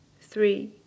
three